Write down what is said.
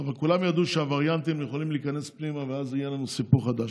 אבל כולם ידעו שהווריאנטים יכולים להיכנס פנימה ואז יהיה לנו סיפור חדש.